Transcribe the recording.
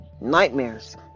nightmares